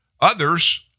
Others